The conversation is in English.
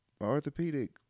orthopedic